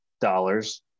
dollars